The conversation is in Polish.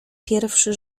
pierwszy